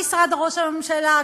משרד ראש הממשלה,